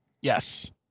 Yes